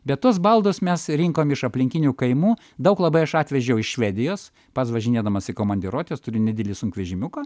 bet tuos baldus mes rinkom iš aplinkinių kaimų daug labai aš atvežiau iš švedijos pats važinėdamas į komandiruotes turiu nedidelį sunkvežimiuką